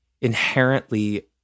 inherently